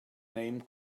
name